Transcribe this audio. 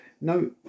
no